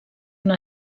una